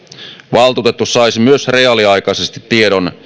valtuutettu saisi myös reaaliaikaisesti tiedon